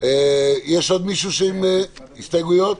מישהו עם הסתייגויות?